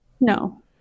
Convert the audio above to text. No